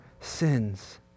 sins